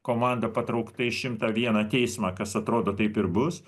komanda patraukta į šimtą vieną teismą kas atrodo taip ir bus